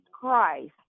Christ